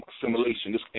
simulation